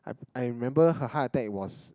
I remember her heart attack was